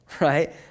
right